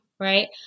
Right